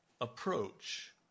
approach